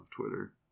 Twitter